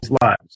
lives